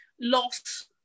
loss